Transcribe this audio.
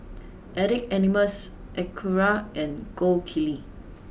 Addicts Anonymous Acura and Gold Kili